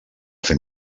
fer